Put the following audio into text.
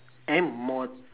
am more